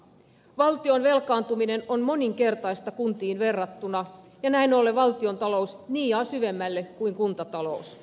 valtion velkaantuminen on moninkertaista kuntiin verrattuna ja näin ollen valtiontalous niiaa syvemmälle kuin kuntatalous